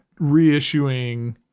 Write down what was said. reissuing